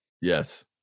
Yes